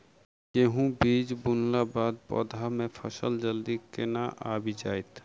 गेंहूँ बीज बुनला बाद पौधा मे फसल जल्दी केना आबि जाइत?